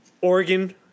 Oregon